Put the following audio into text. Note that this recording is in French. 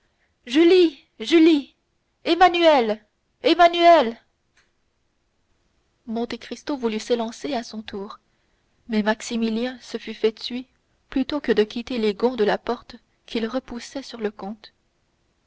julie julie emmanuel emmanuel monte cristo voulut s'élancer à son tour mais maximilien se fût fait tuer plutôt que de quitter les gonds de la porte qu'il repoussait sur le comte